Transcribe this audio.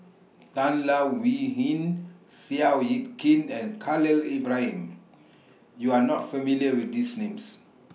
Tan Leo Wee Hin Seow Yit Kin and Khalil Ibrahim YOU Are not familiar with These Names